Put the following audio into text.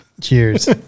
Cheers